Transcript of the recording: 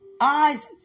eyes